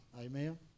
Amen